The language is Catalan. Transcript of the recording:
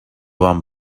van